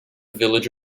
village